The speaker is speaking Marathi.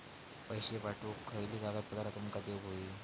पैशे पाठवुक खयली कागदपत्रा तुमका देऊक व्हयी?